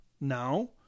Now